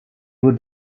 would